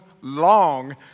long